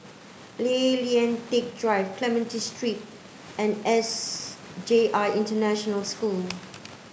Tay Lian Teck Drive Clementi Street and S J I International School